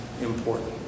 important